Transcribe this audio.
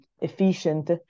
efficient